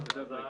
היה